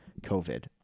COVID